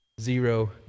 zero